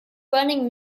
running